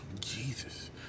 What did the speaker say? Jesus